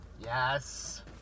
Yes